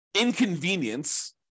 inconvenience